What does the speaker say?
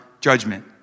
judgment